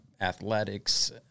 Athletics